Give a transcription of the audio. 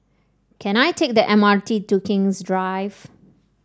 can I take the M R T to King's Drive